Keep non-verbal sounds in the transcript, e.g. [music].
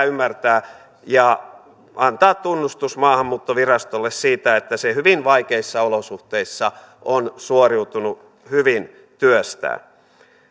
[unintelligible] ymmärtää ja antaa tunnustus maahanmuuttovirastolle siitä että se hyvin vaikeissa olosuhteissa on suoriutunut hyvin työstään